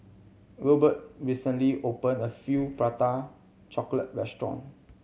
Wilbert recently opened a feel Prata Chocolate restaurant